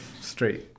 straight